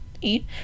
Eat